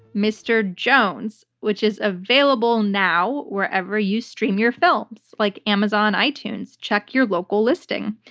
mr. jones, which is available now wherever you stream your films like amazon, itunes. check your local listing.